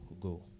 go